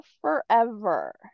forever